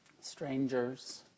strangers